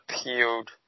appealed